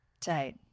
Tight